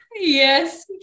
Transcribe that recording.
yes